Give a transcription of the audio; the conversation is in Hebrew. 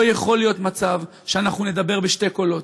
לא יכול להיות מצב שאנחנו נדבר בשני קולות,